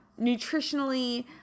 nutritionally